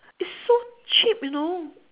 it's so cheap you know